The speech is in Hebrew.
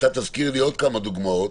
אתה תזכיר לי עוד כמה דוגמאות